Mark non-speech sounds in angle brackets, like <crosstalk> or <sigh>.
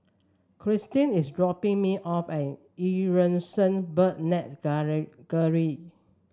Christin is dropping me off at Eu Yan Sang Bird Net <unintelligible>